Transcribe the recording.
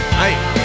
hey